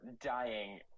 dying